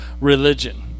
religion